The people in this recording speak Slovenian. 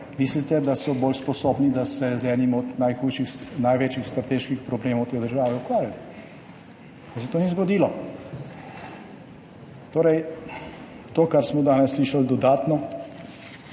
mislite, da so bolj sposobni, da se ukvarjajo z enim od največjih strateških problemov te države, pa se to ni zgodilo. Torej, to, kar smo danes dodatno